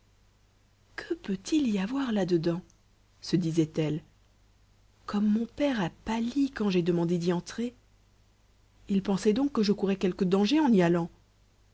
que peut-il y avoir là dedans se disait-elle comme mon père a pâli quand j'ai demandé d'y entrer il pensait donc que je courais quelque danger en y allant